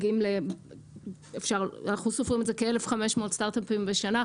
אנחנו סופרים את זה כ-1,500 סטארט-אפים בשנה,